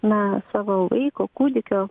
ne savo vaiko kūdikio